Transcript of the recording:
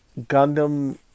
Gundam